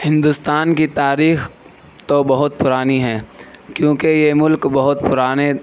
ہندوستان کی تاریخ تو بہت پرانی ہے کیوں کہ یہ ملک بہت پرانے